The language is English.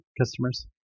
customers